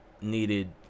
needed